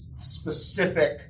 Specific